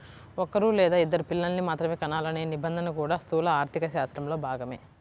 ఒక్కరూ లేదా ఇద్దరు పిల్లల్ని మాత్రమే కనాలనే నిబంధన కూడా స్థూల ఆర్థికశాస్త్రంలో భాగమే